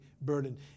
burden